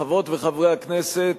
חברות וחברי הכנסת,